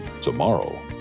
tomorrow